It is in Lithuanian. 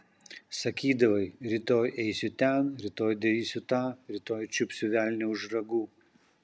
sakydavai rytoj eisiu ten rytoj darysiu tą rytoj čiupsiu velnią už ragų